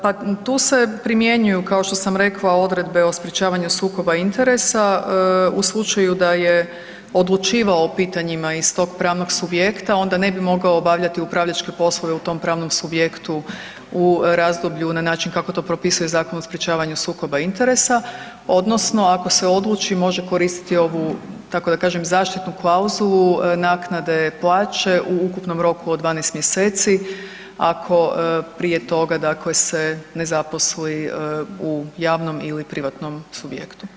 Pa tu se primjenjuju kao što sam rekla odredbe o sprečavanju sukoba interesa u slučaju da je odlučivao o pitanjima iz tog pravnog subjekta onda ne bi mogao obavljati upravljačke poslove u tom pravnom subjektu u razdoblju na način kako to propisuje Zakon o sprečavanju sukoba interesa odnosno ako se odluči može koristiti ovu tako da kažem zaštitnu klauzulu naknade plaća u ukupnom roku od 12 mjeseci ako prije toga se ne zaposli u javnom ili privatnom subjektu.